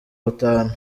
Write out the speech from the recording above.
batanu